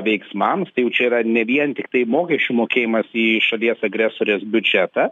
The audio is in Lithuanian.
veiksmams tai jau čia yra ne vien tiktai mokesčių mokėjimas į šalies agresorės biudžetą